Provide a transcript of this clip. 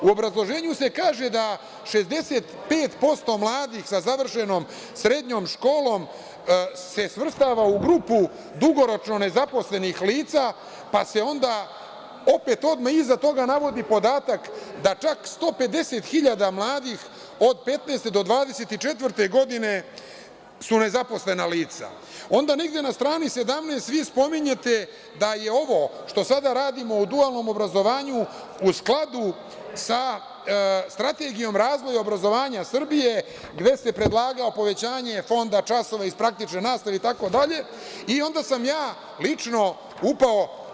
U obrazloženju se kaže da 65% mladih sa završenom srednjom školom se svrstava u grupu dugoročno nezaposlenih lica, pa se onda opet odmah iza toga navodi podatak da je čak 150.000 mladih, od 15-te do 24-te godine, nezaposleno, onda negde na strani 17. vi spominjete da je ovo što sada radimo u dualnom obrazovanju u skladu sa Strategijom razvoja obrazovanja Srbije, gde se predlagalo povećanje fonda časova iz praktične nastavi itd, i onda sam ja lično upao…